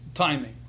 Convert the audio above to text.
Timing